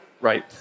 Right